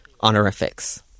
honorifics